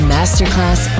Masterclass